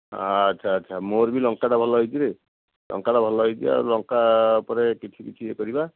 ଆଚ୍ଛା ଆଚ୍ଛା ମୋର ବି ଲଙ୍କାଟା ଭଲ ହୋଇଛି ରେ ଲଙ୍କାଟା ଭଲ ହୋଇଛି ଆଉ ଲଙ୍କା ପରେ କିଛି କିଛି ୟେ କରିବା